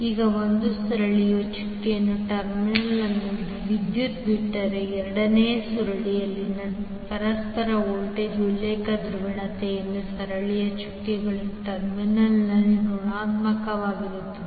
ಈಗ ಒಂದು ಸುರುಳಿಯ ಚುಕ್ಕೆಗಳ ಟರ್ಮಿನಲ್ ಅನ್ನು ವಿದ್ಯುತ್ ಬಿಟ್ಟರೆ ಎರಡನೇ ಸುರುಳಿಯಲ್ಲಿನ ಪರಸ್ಪರ ವೋಲ್ಟೇಜ್ನ ಉಲ್ಲೇಖ ಧ್ರುವೀಯತೆಯು ಸುರುಳಿಯ ಚುಕ್ಕೆಗಳ ಟರ್ಮಿನಲ್ನಲ್ಲಿ ಋಣಾತ್ಮಕವಾಗಿರುತ್ತದೆ